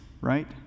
right